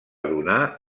donar